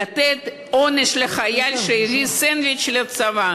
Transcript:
לתת עונש לחייל שהביא סנדוויץ' לצבא?